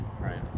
right